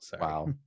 Wow